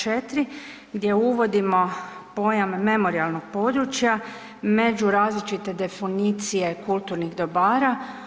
4. gdje uvodimo pojam „memorijalnog područja“ među različite definicije kulturnih dobara.